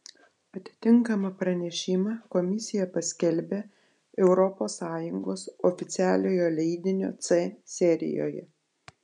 atitinkamą pranešimą komisija paskelbia europos sąjungos oficialiojo leidinio c serijoje